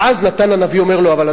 ואז נתן הנביא אומר לו: אבל,